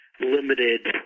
limited